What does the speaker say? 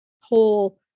whole